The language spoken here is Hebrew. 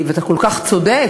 ואתה כל כך צודק,